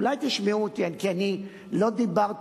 אולי תשמעו אותי, כי אני לא דיברתי.